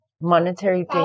Monetary